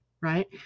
right